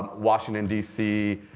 washington, dc,